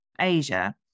Asia